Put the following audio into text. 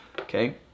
okay